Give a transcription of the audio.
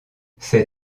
ces